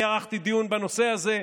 אני ערכתי דיון בנושא הזה,